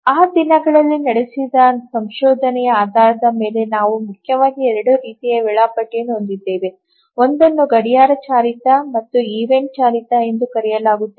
ಆ ದಿನಗಳಲ್ಲಿ ನಡೆಸಿದ ಸಂಶೋಧನೆಯ ಆಧಾರದ ಮೇಲೆ ನಾವು ಮುಖ್ಯವಾಗಿ ಎರಡು ರೀತಿಯ ವೇಳಾಪಟ್ಟಿಗಳನ್ನು ಹೊಂದಿದ್ದೇವೆ ಒಂದನ್ನು ಗಡಿಯಾರ ಚಾಲಿತ ಮತ್ತು ಈವೆಂಟ್ ಚಾಲಿತ ಎಂದು ಕರೆಯಲಾಗುತ್ತದೆ